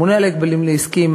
הממונה על ההגבלים העסקיים,